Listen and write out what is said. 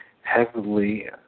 heavily